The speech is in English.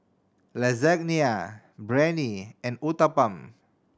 Lasagna Biryani and Uthapam